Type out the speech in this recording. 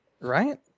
Right